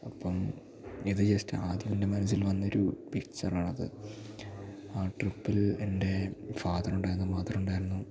അപ്പം ഇത് ജസ്റ്റ് ആദ്യമെൻ്റെ മനസ്സിൽ വന്നൊരു പിക്ചറാണത് ആ ട്രിപ്പിൽ എൻ്റെ ഫാദറുണ്ടായിരുന്നു മദറുണ്ടായിരുന്നു